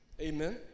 Amen